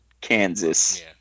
Kansas